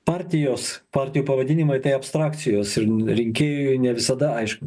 partijos partijų pavadinimai tai abstrakcijos ir rinkėjui ne visada aišku